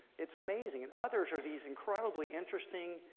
it's amazing. and others are these incredibly interesting